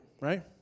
right